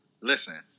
listen